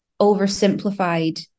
oversimplified